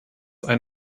ein